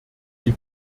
die